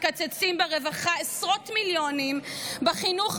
מקצצים ברווחה עשרות מיליונים בחינוך,